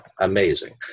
amazing